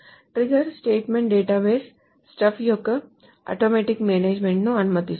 trigger statement database stuff యొక్క automatic మేనేజ్మెంట్ను అనుమతిస్తుంది